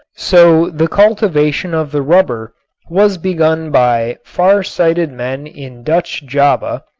so the cultivation of the rubber was begun by far-sighted men in dutch java,